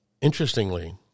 interestingly